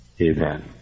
Amen